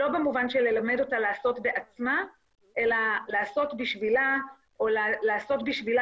לא במובן של ללמד אותה לעשות בעצמה אלא לעשות בשבילה או לעשות בשבילה